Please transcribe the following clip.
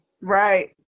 Right